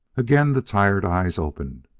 again the tired eyes opened.